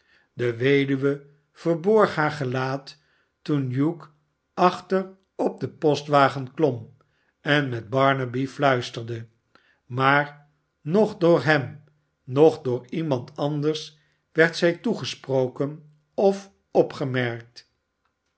de weduwe verborg haar gelaat toen hugh achter op den postwagen klom en met barnaby fluisterde maar noch door hem noch door iemand anders werd zij toegesproken of opgemerkt